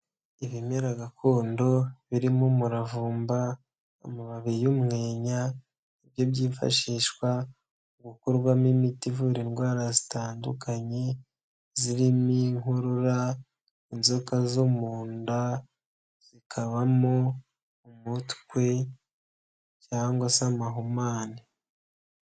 Ibimera gakondo birimo umuravumba amababi y'umwenya nibyo byifashishwa mu gukorwamo imiti ivura indwara zitandukanye zirimo inkorora, inzoka zo munda zikabamo umutwe cyangwa se amahumane.